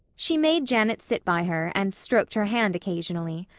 she made janet sit by her and stroked her hand occasionally.